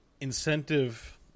incentive